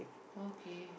okay